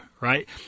right